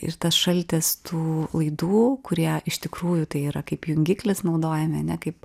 ir tas šaltis tų laidų kurie iš tikrųjų tai yra kaip jungiklis naudojame ane kaip